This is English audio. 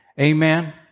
Amen